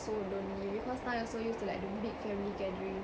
so lonely because now we're so used to like the big family gathering